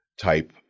type